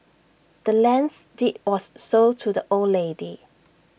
the land's deed was sold to the old lady